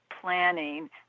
planning